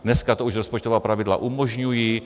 Dneska to už rozpočtová pravidla umožňují.